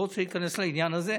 לא רוצה להיכנס לעניין הזה,